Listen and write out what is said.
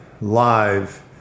live